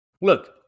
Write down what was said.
Look